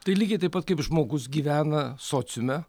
tai lygiai taip pat kaip žmogus gyvena sociume